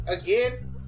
again